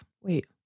wait